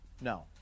No